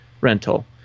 rental